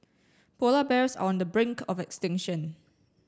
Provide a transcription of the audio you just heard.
polar bears are on the brink of extinction